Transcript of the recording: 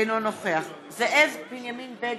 אינו נוכח זאב בנימין בגין,